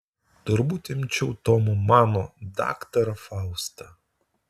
turbūt imčiau tomo mano daktarą faustą